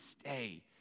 stay